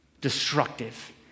destructive